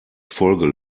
folge